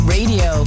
Radio